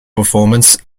performance